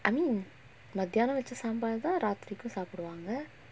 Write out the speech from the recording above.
I mean மதியான வெச்ச சாம்பார்தா ராத்திரிக்கும் சாப்டுவாங்க:madhiyaana vecha sambartha rathirikkum saapduvaanga